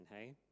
hey